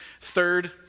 Third